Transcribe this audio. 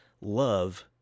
love